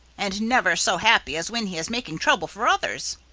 and never so happy as when he is making trouble for others.